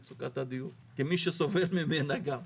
כמי שסובל מהבעיה, גם.